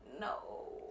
No